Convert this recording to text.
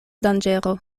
danĝero